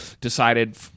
decided